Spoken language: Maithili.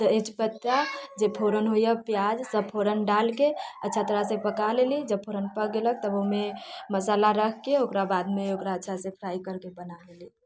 तेजपत्ता जे फोरन होइए प्याज सभ फोरन डालके अच्छा तरह से पका लेली जब फोरन पक गेलक तऽ ओहिमे मसाला रखके ओकरा बादमे ओकरा अच्छासँ फ्राइ करके बना लेली